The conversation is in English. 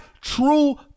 true